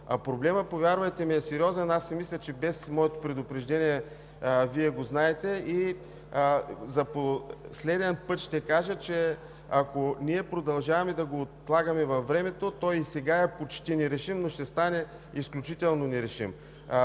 ми, проблемът е сериозен. Аз си мисля, че и без моето предупреждение Вие го знаете. За последен път ще кажа, че ако ние продължаваме да го отлагаме във времето, той и сега е почти нерешим, но ще стане изключително нерешим.